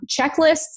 checklists